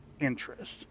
interest